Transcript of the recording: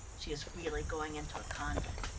she is really going into a convent.